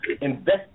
invest